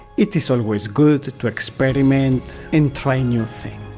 it is always good to to experiment and try new things.